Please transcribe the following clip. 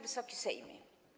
Wysoki Sejmie!